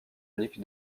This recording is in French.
unique